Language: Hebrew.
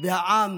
ואת העם